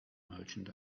merchant